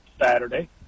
Saturday